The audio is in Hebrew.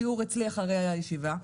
שיעור אצלי אחרי הישיבה.